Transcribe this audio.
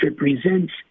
represents